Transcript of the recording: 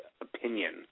opinion